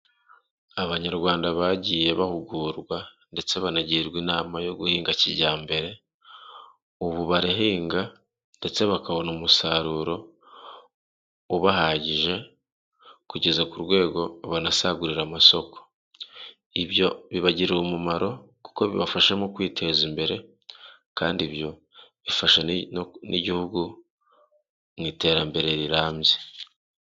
Abanyarwanda bagiye bahugurwa ndetse banagirwa inama yo guhinga kijyambere, ubu barahinga ndetse bakabona umusaruro ubahagije kugeza ku rwego banasagurira amasoko. Ibyo bibagirira umumaro kuko bibafasha mu kwiteza imbere kandi ibyo bifa n'igihugu mu iterambere rirambye.